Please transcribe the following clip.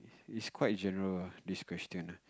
it's quite general ah this question ah